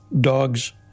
dogs